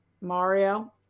Mario